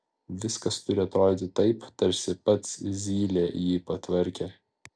viskas turi atrodyti taip tarsi pats zylė jį patvarkė